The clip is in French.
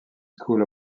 school